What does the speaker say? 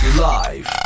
Live